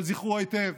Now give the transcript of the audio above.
אבל זכרו היטב: